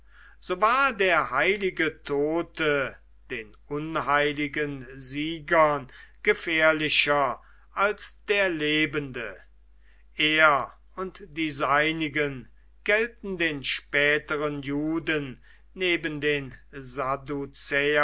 so war der heilige tote den unheiligen siegern gefährlicher als der lebende er und die seinigen gelten den späteren juden neben den